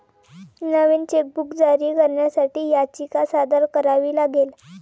नवीन chequebook जारी करण्यासाठी याचिका सादर करावी लागेल